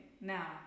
Now